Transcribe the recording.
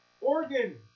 Oregon